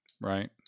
Right